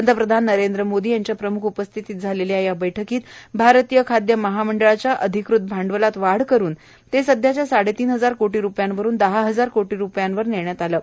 पंतप्रधान वरेंद्र मोदी यांच्या प्रमुख उपस्थितीत झालेल्या या बैळ्कीत भारतीय खाद्यमहामंडळच्या अधिकृत भांडवलात वाढ करून ते सध्याच्या साडेतीन हजार कोटी रूपयांवरून दहा हजार कोटी रूपयांवर बेण्यात आलं आहे